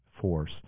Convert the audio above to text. force